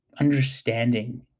understanding